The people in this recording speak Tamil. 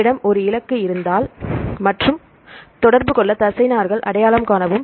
உங்களிடம் ஒரு இலக்கு இருந்தால் மற்றும் தொடர்பு கொள்ள தசைநார்கள் அடையாளம் காணவும்